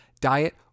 diet